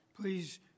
Please